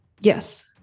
Yes